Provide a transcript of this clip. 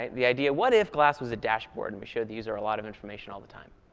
ah the idea, what if glass was a dashboard and we showed the user a lot of information all the time?